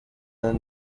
and